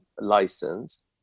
license